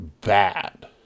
bad